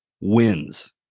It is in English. wins